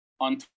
on